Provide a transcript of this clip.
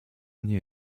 nie